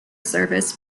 service